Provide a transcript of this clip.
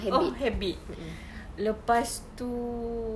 orh habit lepas itu